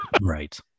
Right